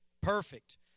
Perfect